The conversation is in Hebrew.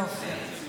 יופי.